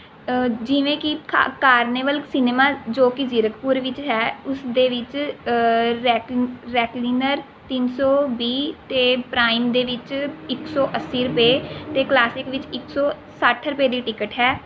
ਜਿਵੇਂ ਕਿ ਕਾ ਕਾਰਨੇਵਲ ਸਿਨੇਮਾ ਜੋ ਕਿ ਜ਼ੀਰਕਪੁਰ ਵਿੱਚ ਹੈ ਉਸ ਦੇ ਵਿੱਚ ਰੈਕਿਨ ਰੈਕਲਿਨਰ ਤਿੰਨ ਸੌ ਵੀਹ ਅਤੇ ਪ੍ਰਾਈਮ ਦੇ ਵਿੱਚ ਇੱਕ ਸੌ ਅੱਸੀ ਰੁਪਏ ਅਤੇ ਕਲਾਸਿਕ ਵਿੱਚ ਇੱਕ ਸੌ ਸੱਠ ਰੁਪਏ ਦੀ ਟਿਕਟ ਹੈ